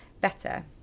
better